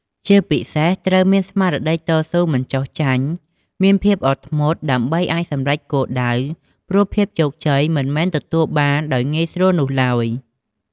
ជាពិសេសត្រូវ មានស្មារតីតស៊ូមិនចុះចាញ់ មានភាពអត់ធ្មត់ ដើម្បីអាចសម្រេចគោលដៅ ព្រោះភាពជោគជ័យមិនមែនទទួលបានដោយងាយស្រួលនោះឡើយ។